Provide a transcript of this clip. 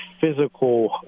physical